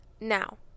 now